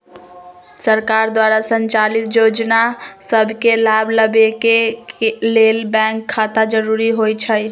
सरकार द्वारा संचालित जोजना सभके लाभ लेबेके के लेल बैंक खता जरूरी होइ छइ